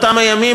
באותם הימים,